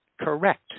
correct